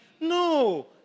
No